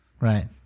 Right